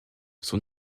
son